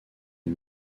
les